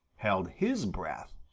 held his breath.